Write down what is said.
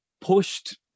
pushed